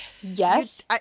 yes